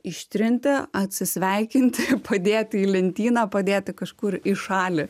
ištrinti atsisveikinti padėti į lentyną padėti kažkur į šalį